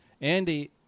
Andy